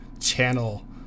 channel